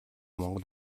монгол